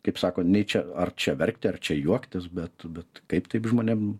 kaip sako nyčė ar čia verkti ar čia juoktis bet bet kaip taip žmonėm